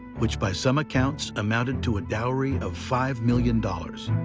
which by some accounts amounted to a dowry of five million dollars.